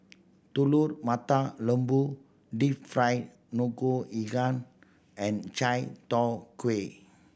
Telur Mata Lembu deep fried ngoh and chai tow kway